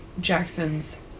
Jackson's